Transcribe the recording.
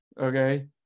okay